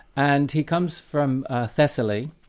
and he comes from ah thessaly.